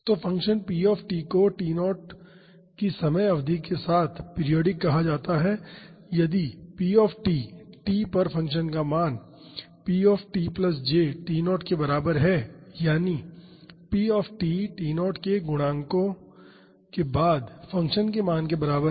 तो function p को T0 की समय अवधि के साथ पीरियाडिक कहा जाता है यदि p t पर फ़ंक्शन का मान pt j T0 के बराबर है यानी p T0 के गुणकों के बाद फ़ंक्शन के मान के बराबर है